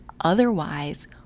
Otherwise